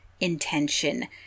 intention